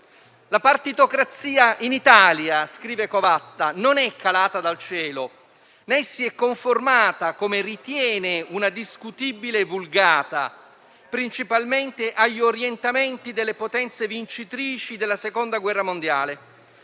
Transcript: la partitocrazia in Italia - scrive Covatta - non è calata dal cielo, né si è conformata, come ritiene una discutibile vulgata, principalmente agli orientamenti delle potenze vincitrici della Seconda guerra mondiale.